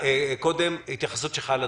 קודם, התייחסות שלך לדברים.